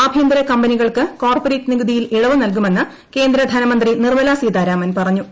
ആഭ്യന്തര കമ്പനികൾക്ക് കോർപ്പറേറ്റ് നികുതിയിൽ ഇളവ് നൽകുമെന്ന് കേന്ദ്ര ധനമന്ത്രി നിർമലാ സീതാരാമൻ പറഞ്ഞു